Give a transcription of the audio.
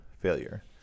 failure